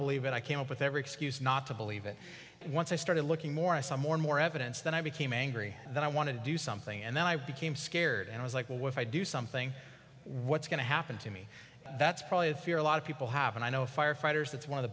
believe it i came up with every excuse not to believe it once i started looking more and more and more evidence that i became angry that i wanted to do something and then i became scared and i was like well if i do something what's going to happen to me that's probably a fear a lot of people have and i know fire fighters that's one of the